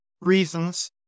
reasons